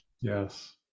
Yes